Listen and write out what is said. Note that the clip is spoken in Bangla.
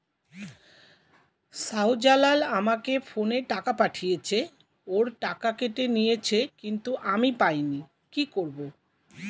শাহ্জালাল আমাকে ফোনে টাকা পাঠিয়েছে, ওর টাকা কেটে নিয়েছে কিন্তু আমি পাইনি, কি করব?